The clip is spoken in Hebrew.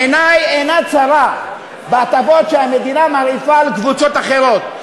עיני אינה צרה בהטבות שהמדינה מרעיפה על קבוצות אחרות,